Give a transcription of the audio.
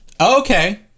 Okay